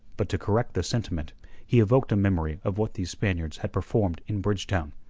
but to correct the sentiment he evoked a memory of what these spaniards had performed in bridgetown.